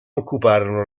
occuparono